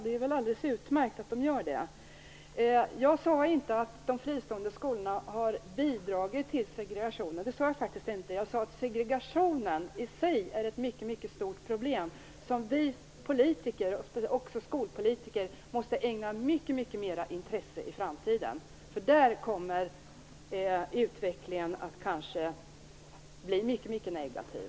Det är väl utmärkt att de gör det. Jag sade inte att de fristående skolorna har bidragit till segregationen. Jag sade att segregationen i sig är ett mycket stort problem, som vi politiker, också skolpolitiker, måste ägna mycket mera intresse i framtiden. Annars kanske utvecklingen där blir mycket negativ.